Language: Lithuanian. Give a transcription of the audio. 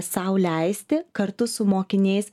sau leisti kartu su mokiniais